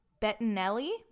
Bettinelli